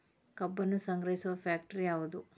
ಕಬ್ಬನ್ನು ಸಂಗ್ರಹಿಸುವ ಫ್ಯಾಕ್ಟರಿ ಯಾವದು?